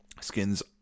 skins